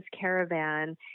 caravan